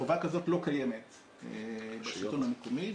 חובה כזאת לא קיימת בשלטון מקומי,